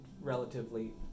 relatively